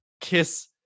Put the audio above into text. kiss